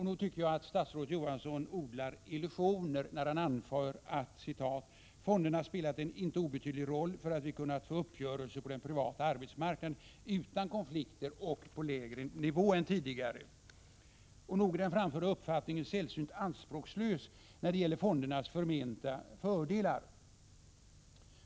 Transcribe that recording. Nog tycker jag att statsrådet Johansson odlar illusioner när han anför att ”fonderna spelat en inte obetydlig roll för att vi kunnat få uppgörelser på den privata arbetsmarknaden utan konflikter och på lägre nivå än tidigare”. Nog är den framförda uppfattningen sällsynt anspråkslös när det gäller fondernas förmenta fördelar.